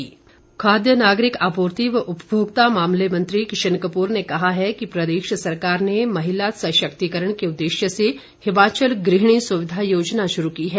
किशन कपूर खाद्य नागरिक आपूर्ति व उपभोक्ता मामले मंत्री किशन कपूर ने कहा है कि प्रदेश सरकार ने महिला सशक्तिकरण के उद्देश्य से हिमाचल गृहणी सुविधा शुरू की है